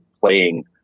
playing